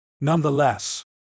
Nonetheless